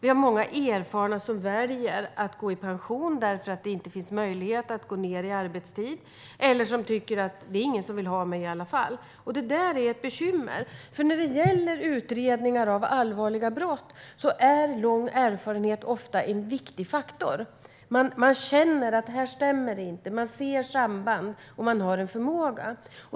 Vi har många erfarna poliser som väljer att gå i pension därför att det inte finns möjlighet att gå ned i arbetstid eller därför att de tycker att det inte är någon som vill ha dem i alla fall. Det är ett bekymmer, för när det gäller utredningar av allvarliga brott är lång erfarenhet ofta en viktig faktor: Man känner att saker och ting inte stämmer, man ser samband och man har en förmåga.